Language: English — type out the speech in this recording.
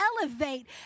elevate